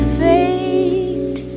fate